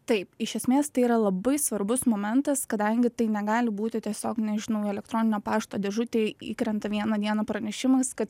taip iš esmės tai yra labai svarbus momentas kadangi tai negali būti tiesiog nežinau elektroninio pašto dėžutėj įkrenta vieną dieną pranešimas kad